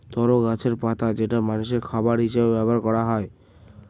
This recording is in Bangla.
তরো গাছের পাতা যেটা মানষের খাবার হিসেবে ব্যবহার করা হয়